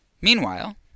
Meanwhile